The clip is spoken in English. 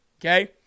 Okay